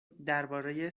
درباره